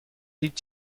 هیچ